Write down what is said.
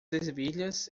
ervilhas